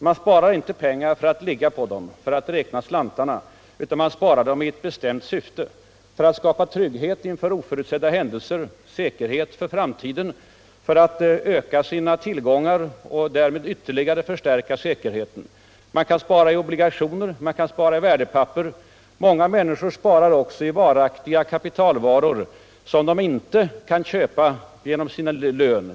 Man sparar inte pengar för att ligga på dem eler för att räkna slantarna utan man sparar dem i ett bestämt syfte — för att skapa trygghet inför oförutsedda händelser och för att öka sina tillgångar och därmed ytterligare förstärka sin säkerhet. Man kan spara i obligationer och andra värdepapper, många minniskor sparar också I varaktiga kapitalvaror som de inte kan köpa direkt för sin lön.